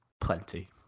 plenty